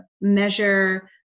measure